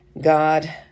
God